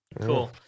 Cool